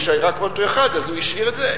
יש רק אוטו אחד אז הוא השאיר את זה.